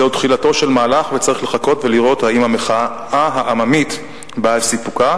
זהו תחילתו של מהלך וצריך לחכות ולראות אם המחאה העממית באה על סיפוקה.